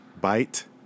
Bite